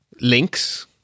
links